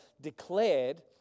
declared